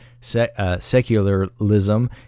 secularism